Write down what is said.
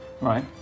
Right